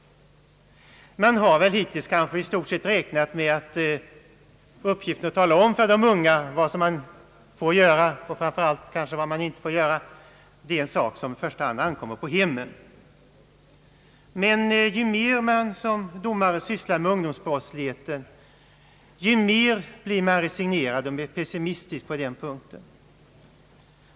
Hittills har man väl i stort sett räk nat med att uppgiften att tala om för de unga vad man får göra och framför allt kanske inte får göra i första hand ankommer på hemmen. Men ju mer man som domare sysslar med ungdomsbrottsligheten, desto mera resignerad och pessimistisk blir man på den punkten.